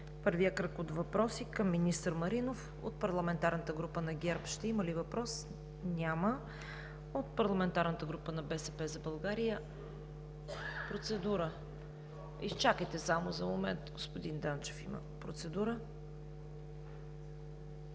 първия кръг от въпроси към министър Маринов. От парламентарната група на ГЕРБ ще има ли въпрос? Няма. От парламентарната група на „БСП за България“? Господин Йорданов, изчакайте за момент. Господин Данчев има процедура. ДИМИТЪР